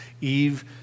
Eve